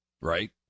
right